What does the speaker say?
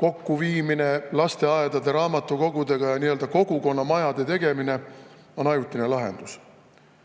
kokkuviimine lasteaedade, raamatukogudega ja nii-öelda kogukonnamajade tegemine on ajutine lahendus.